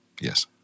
Yes